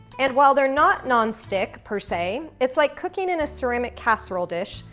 and, while they're not non-stick per se, it's like cooking in a ceramic casserole dish,